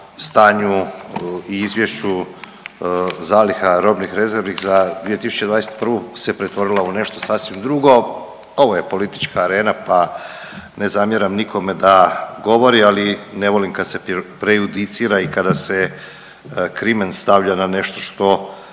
stanju i izvješću zaliha robnih rezervi za 2021. se pretvorila u nešto sasvim drugo. Ovo je politička arena, pa ne zamjeram nikome da govori, ali ne volim kad se prejudicira i kada se krimen stavlja na nešto što